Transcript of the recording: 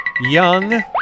young